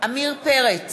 עמיר פרץ,